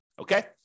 okay